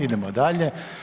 Idemo dalje.